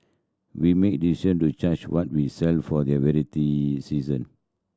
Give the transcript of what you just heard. we make decision to change what we sell for the variety season